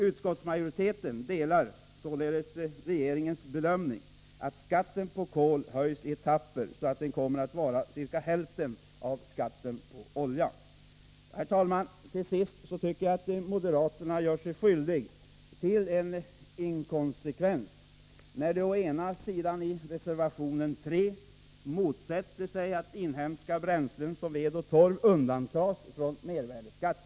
Utskottsmajoriteten delar således regeringens bedömning att skatten på kol bör höjas i etapper, så att den kommer att vara ca hälften av skatten på olja. Herr talman! Jag tycker att moderaterna gör sig skyldiga till en inkonsekvens när de å ena sidan i reservation 3 motsätter sig att inhemska bränslen som ved och torv undantas från mervärdeskatt.